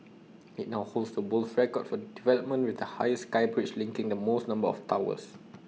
IT now holds the world's record for development with the highest sky bridge linking the most number of towers